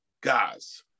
guys